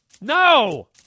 No